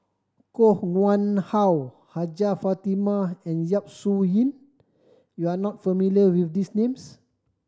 Koh Nguang How Hajjah Fatimah and Yap Su Yin you are not familiar with these names